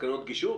תקנות גישור,